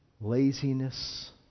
laziness